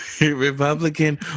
Republican